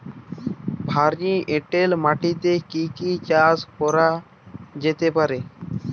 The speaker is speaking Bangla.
ভারী এঁটেল মাটিতে কি কি চাষ করা যেতে পারে?